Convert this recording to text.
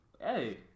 Hey